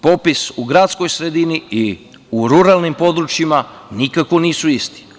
Popis u gradskoj sredini i u ruralnim područjima nikako nisu isti.